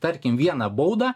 tarkim vieną baudą